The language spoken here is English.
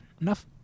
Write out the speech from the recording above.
Enough